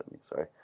sorry